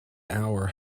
hour